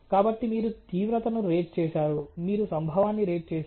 కాబట్టి మీరు తీవ్రతను రేట్ చేసారు మీరు సంభవాన్ని రేట్ చేసారు